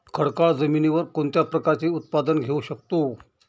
खडकाळ जमिनीवर कोणत्या प्रकारचे उत्पादन घेऊ शकतो?